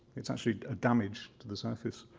it's actually a damage to the surface.